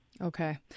Okay